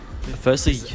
firstly